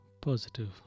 positive